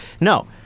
No